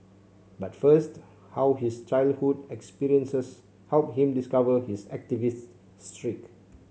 but first how his childhood experiences helped him discover his activist streak